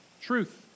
truth